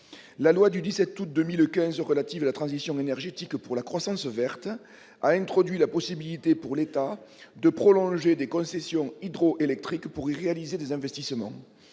La loi du 17 août 2015 relative à la transition énergétique pour la croissance verte a introduit la possibilité, pour l'État, de prolonger des concessions hydroélectriques afin d'y réaliser des investissements.